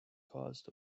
caused